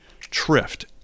Trift